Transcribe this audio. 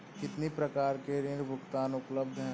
कितनी प्रकार के ऋण भुगतान उपलब्ध हैं?